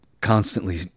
constantly